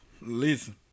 Listen